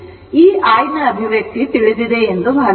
ಆದ್ದರಿಂದ ಈ I ಅಭಿವ್ಯಕ್ತಿ ತಿಳಿದಿದೆ ಎಂದು ಭಾವಿಸೋಣ